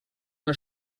una